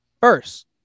first